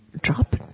drop